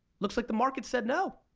looks like the market said no.